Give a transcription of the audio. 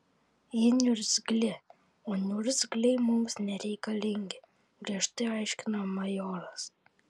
ji niurzglė o niurzgliai mums nereikalingi griežtai aiškino majoras